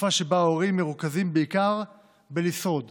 בתקופה שבה הורים מרוכזים בעיקר בלשרוד